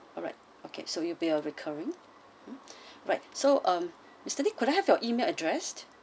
alright okay so it'll be a recurring mm right so um mister nick could I have your email address